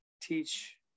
teach